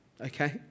Okay